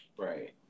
Right